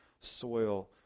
soil